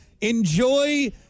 enjoy